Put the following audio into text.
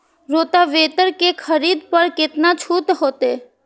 Rotavator के खरीद पर केतना छूट होते?